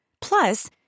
Plus